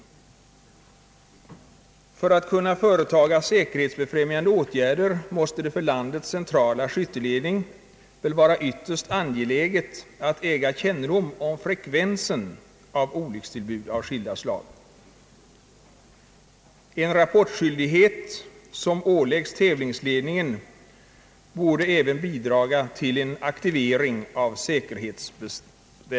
För att kunna vidta säkerhetsbefrämjande åtgärder måste det för landets centrala skytteledning väl eljest vara ytterst angeläget att äga kännedom om frekvensen av olyckstillbud av olika slag. En rapportskyldighet som åläggs tävlingsledningen borde även bidraga till en aktivering av säkerhetstänkandet.